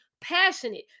passionate